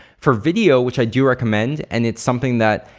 for video which i do recommend and it's something that,